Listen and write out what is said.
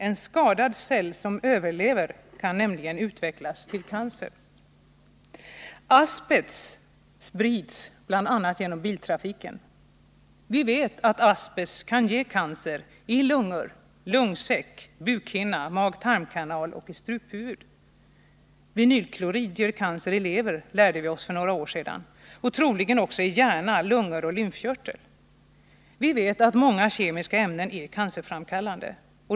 En skadad cell som överlever kan nämligen utvecklas till cancer. Asbest sprids bl.a. genom biltrafiken. Vi vet att asbest kan ge cancer i lungor, lungsäck, bukhinna, magtarmkanal och struphuvud. Vinylklorid ger cancer i lever, lärde vi oss för några år sedan, och troligen också i hjärna, lungor och lymfkörtel. Vi vet att många kemiska ämnen är cancerframkallande.